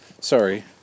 sorry